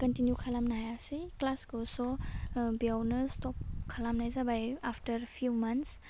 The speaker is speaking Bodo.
खोनटिनिउ खालामनो हायासै ख्लासखौ स' ओह बेवनो स्टप खालामनाय जाबाय आफ्टार फिउ मान्स